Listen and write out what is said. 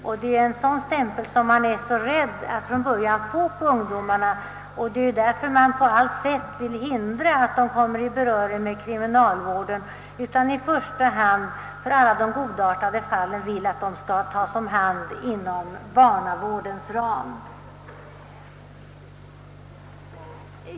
Man är rädd att få en sådan stämpel på ungdomarna, och det är därför man inte vill att de annat än undantagsvis omhändertas inom kriminalvården. I första hand vill man att de godartade fallen skall tas om hand inom barnavårdens ram.